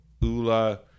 Ula